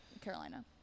Carolina